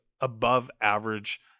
above-average